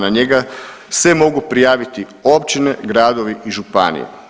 Na njega se mogu prijaviti općine, gradovi i županije.